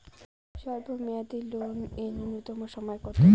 স্বল্প মেয়াদী লোন এর নূন্যতম সময় কতো?